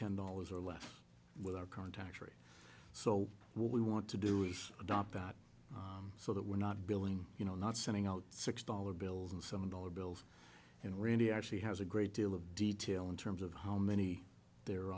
ten dollars or less with our current tax rate so what we want to do is adopt out so that we're not billing you know not sending out six dollar bills and some dollar bills you know randi actually has a great deal of detail in terms of how many there